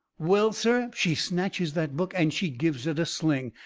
well, sir, she snatches that book and she gives it a sling.